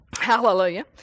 Hallelujah